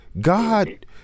God